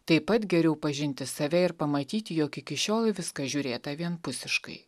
taip pat geriau pažinti save ir pamatyti jog iki šiol viską žiūrėta vienpusiškai